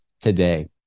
today